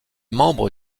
membre